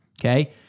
okay